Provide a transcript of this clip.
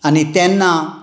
आनी तेन्ना